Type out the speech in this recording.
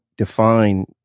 define